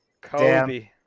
Kobe